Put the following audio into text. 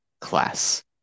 class